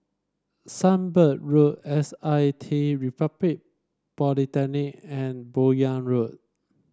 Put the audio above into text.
Sunbird Road S I T Republic Polytechnic and Buyong Road